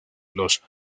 los